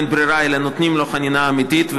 אין ברירה אלא לתת לו חנינה אמיתית,